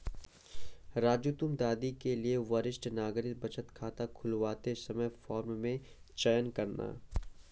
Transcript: राजू तुम दादी के लिए वरिष्ठ नागरिक बचत खाता खुलवाते समय फॉर्म में चयन करना